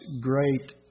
great